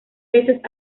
veces